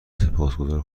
سپاسگذار